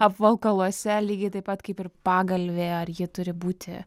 apvalkaluose lygiai taip pat kaip ir pagalvė ar ji turi būti